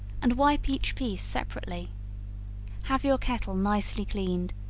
and wipe each piece separately have your kettle nicely cleaned,